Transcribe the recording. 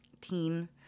teen